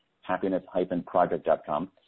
happiness-project.com